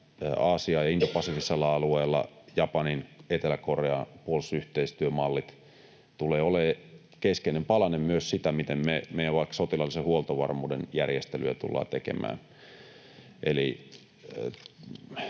Aasiassa ja indopasifisella alueella, Japanin, Etelä-Korean puolustusyhteistyömallit tulevat olemaan keskeinen palanen myös sitä, miten meidän vaikka sotilaallisen huoltovarmuuden järjestelyjä tullaan tekemään.